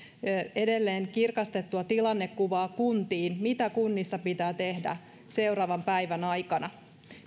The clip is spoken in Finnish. edelleen kirkastettua tilannekuvaa kuntiin mitä kunnissa pitää tehdä seuraavan päivän aikana